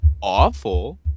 awful